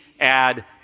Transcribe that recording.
add